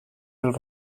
del